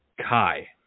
kai